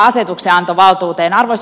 arvoisa puhemies